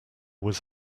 was